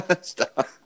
Stop